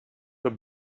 the